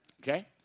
Okay